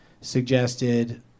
suggested